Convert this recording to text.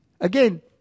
Again